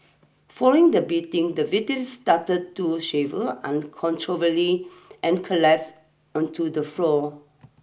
following the beating the victim started to shaver uncontrollably and collapsed onto the floor